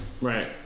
right